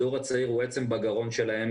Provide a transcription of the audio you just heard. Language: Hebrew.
הדור הצעיר הוא עצם בגרון שלהם.